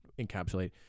encapsulate